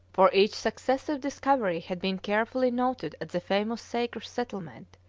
for each successive discovery had been carefully noted at the famous sagres settlement,